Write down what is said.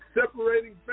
separating